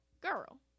girl